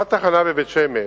הוספת תחנה בבית-שמש,